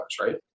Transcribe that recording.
right